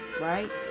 right